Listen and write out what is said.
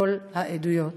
כל העדויות.